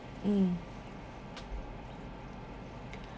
mm